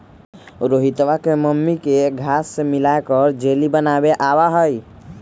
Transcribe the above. रोहितवा के मम्मी के घास्य मिलाकर जेली बनावे आवा हई